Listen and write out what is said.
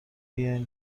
بیان